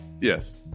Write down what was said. Yes